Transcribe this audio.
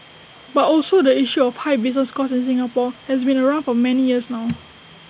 but also the issue of high business costs in Singapore has been around for many years now